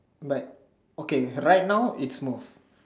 but okay right now is most